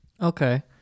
Okay